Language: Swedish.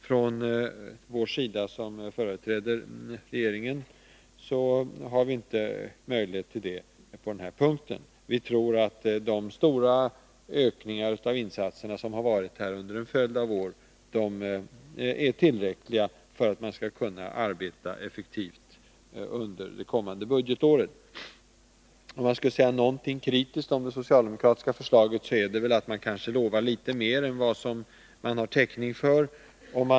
Från vår sida, som företräder regeringen, har vi inte funnit möjlighet till det på den här punkten. Vi tror att de stora ökningar av insatserna, som har gjorts under en följd av år, är tillräckliga för att man skall kunna arbeta effektivt under det kommande budgetåret. Om jag skall säga något kritiskt om det socialdemokratiska förslaget, är det att man kanske lovar litet mer än vad man har täckning för.